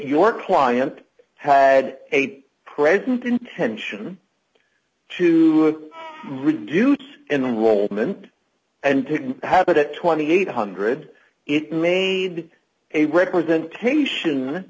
your client had eight pregnant intention to reduce enrollment and didn't have it at two thousand eight hundred it made a representation